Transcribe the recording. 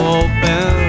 open